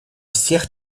всех